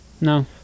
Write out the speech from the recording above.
No